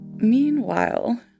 Meanwhile